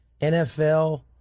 NFL